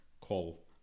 call